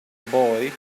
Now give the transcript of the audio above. boy